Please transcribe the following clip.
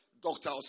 doctor